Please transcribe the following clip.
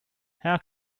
how